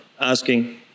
asking